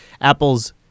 Apple's